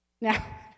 Now